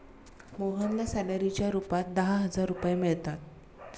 मोहनला सॅलरीच्या रूपात दहा हजार रुपये मिळतात